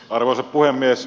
arvoisa puhemies